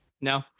no